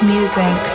Music